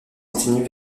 continuent